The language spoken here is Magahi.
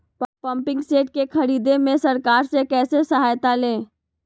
पम्पिंग सेट के ख़रीदे मे कैसे सरकार से सहायता ले?